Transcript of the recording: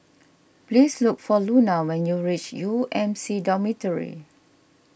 please look for Luna when you reach U M C Dormitory